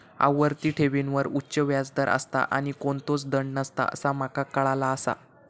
आवर्ती ठेवींवर उच्च व्याज दर असता आणि कोणतोच दंड नसता असा माका काळाला आसा